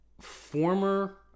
former